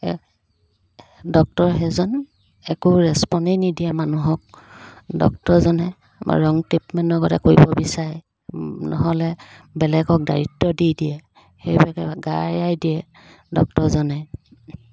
doctor সেইজন একো ৰেচপণ্ডেই নিদিয়ে মানুহক ডক্তৰজনে ৰং ট্ৰিটমেণ্টৰ আগতে কৰিব বিচাৰে নহ'লে বেলেগক দায়িত্ব দি দিয়ে সেইভাগে গা এৰা দিয়ে ডক্তৰজনে